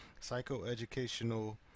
psychoeducational